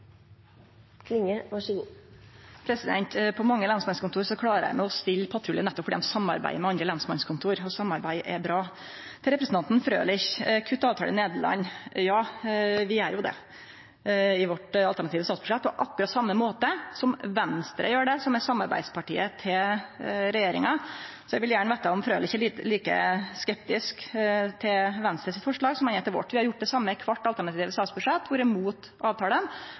Klinge har hatt ordet to ganger tidligere og får ordet til en kort merknad, begrenset til 1 minutt. På mange lensmannskontor klarer dei å stille patrulje nettopp fordi dei samarbeider med andre lensmannskontor, og samarbeid er bra. Til representanten Frølich om å kutte avtalen med Nederland: Ja, vi gjer jo det i vårt alternative statsbudsjett på akkurat same måte som Venstre gjer det, som er samarbeidspartiet til regjeringa. Så eg vil gjerne vite om Frølich er like skeptisk til Venstre sitt forslag som han er til vårt. Vi har gjort det